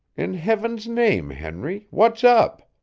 in heaven's name, henry, what's up?